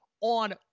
on